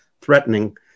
threatening